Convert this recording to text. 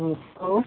ᱦᱮᱸ ᱦᱮᱞᱳ